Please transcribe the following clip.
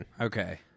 Okay